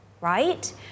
right